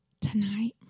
tonight